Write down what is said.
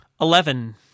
Eleven